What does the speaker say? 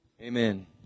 Amen